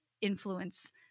influence